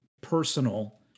personal